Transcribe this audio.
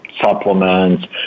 supplements